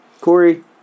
Corey